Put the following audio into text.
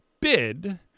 bid